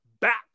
back